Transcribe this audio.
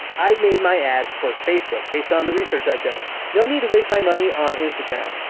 i've made my ads for facebook, based on the research i've done. no need to waste my money on instagram.